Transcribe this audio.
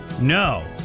No